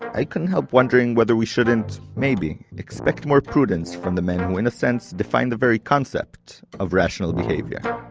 i couldn't help wondering whether we shouldn't, maybe, expect more prudence from the men who in a sense define the very concept of rational behavior